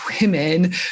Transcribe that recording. women